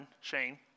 Shane